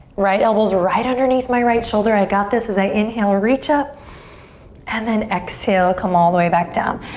right elbow's right underneath my right shoulder. i got this as i inhale, reach up and then exhale, come all the way back down.